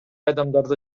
адамдарды